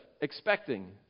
expecting